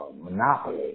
Monopoly